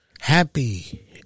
happy